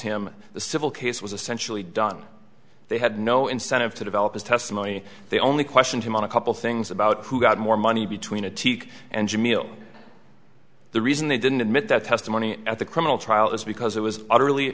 him the civil case was essentially done they had no incentive to develop his testimony they only questioned him on a couple things about who got more money between a teak and jamil the reason they didn't admit that testimony at the criminal trial is because it was